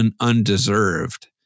undeserved